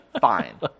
fine